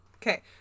Okay